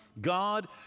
God